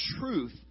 truth